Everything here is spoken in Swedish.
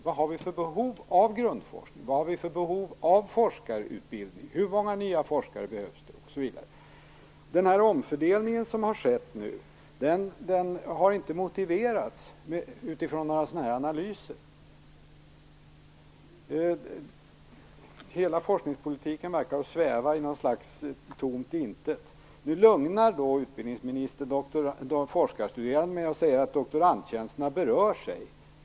Vad har vi för behov av grundforskning? Vad har vi för behov av forskarutbildning? Hur många nya forskare behövs det? Den omfördelning som har skett nu har inte motiverats utifrån några sådana här analyser. Hela forskningspolitiken verkar sväva i något slags tomt intet. Nu lugnar utbildningsministern de forskarstuderande med att säga att doktorandtjänsterna ej berörs.